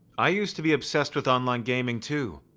i used to be obsessed with online gaming, too.